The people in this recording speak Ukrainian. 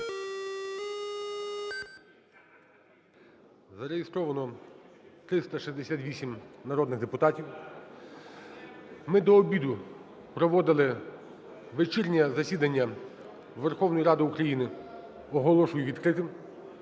Зареєстровано 368 народних депутатів. Ми до обіду проводили… Вечірнє засідання Верховної Ради України оголошую відкритим.